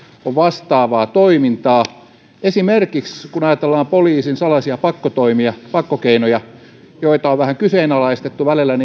on vastaavaa toimintaa esimerkiksi kun ajatellaan poliisin salaisia pakkokeinoja joiden lainmukaisuutta on vähän kyseenalaistettu välillä